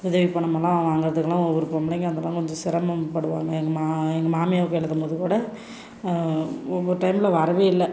விதவை பணமெல்லாம் வாங்குறதுக்கெல்லாம் ஒவ்வொரு பொம்பளைங்க அதெல்லாம் கொஞ்சம் சிரமம் படுவாங்க எங்கள் எங்கள் மாமியாருக்கு எழுதம் போது கூட ஒவ்வொரு டைமில் வரவே இல்லை